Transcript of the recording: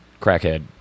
Crackhead